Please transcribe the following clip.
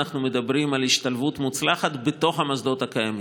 אנחנו מדברים על השתלבות מוצלחת בתוך המוסדות הקיימים.